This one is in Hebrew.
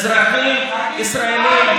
אזרחים ישראלים,